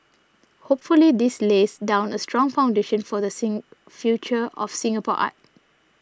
hopefully this lays down a strong foundation for the same future of Singapore art